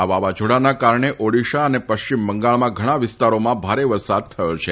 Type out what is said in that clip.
આ વાવાઝોડાના કારણે ઓડિશા અને પશ્ચિમ બંગાળમાં ઘણા વિસ્તારોમાં ભારે વરસાદ થયો છે